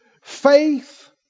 Faith